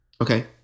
Okay